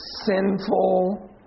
sinful